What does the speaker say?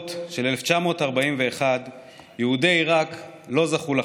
השבועות של 1941 יהודי עיראק לא זכו לחגוג.